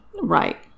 Right